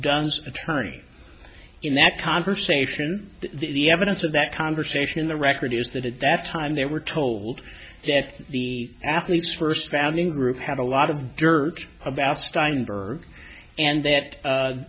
's attorney in that conversation the evidence of that conversation in the record is that at that time they were told that the athlete's first founding group had a lot of dirt about steinberg and that